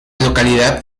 localidad